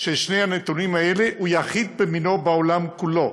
של שני נתונים האלה הוא יחיד במינו בעולם כולו,